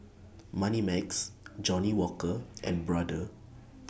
Moneymax Johnnie Walker and Brother